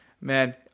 Man